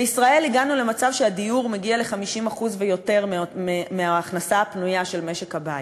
בישראל הגענו למצב שהדיור מגיע ל-50% ויותר מההכנסה הפנויה של משק-הבית.